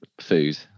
food